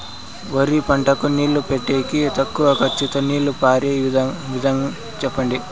వరి పంటకు నీళ్లు పెట్టేకి తక్కువ ఖర్చుతో నీళ్లు పారే విధం చెప్పండి?